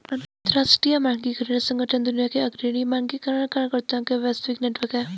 अंतर्राष्ट्रीय मानकीकरण संगठन दुनिया के अग्रणी मानकीकरण कर्ताओं का वैश्विक नेटवर्क है